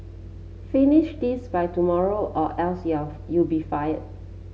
finish this by tomorrow or else you are you'll be fired